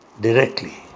directly